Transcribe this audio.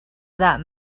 that